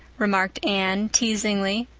remarked anne, teasingly.